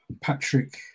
Patrick